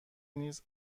نیز